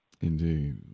Indeed